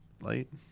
Light